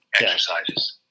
exercises